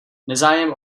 nezájem